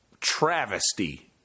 travesty